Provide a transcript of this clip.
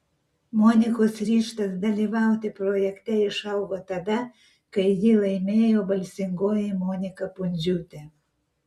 monikos ryžtas dalyvauti projekte išaugo tada kai jį laimėjo balsingoji monika pundziūtė